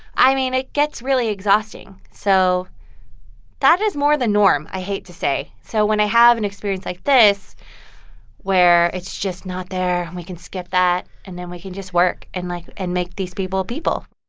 i mean, it gets really exhausting. so that is more the norm, i hate to say. so when i have an experience like this where it's just not there, we can skip that. and then we can just work and, like and make these people people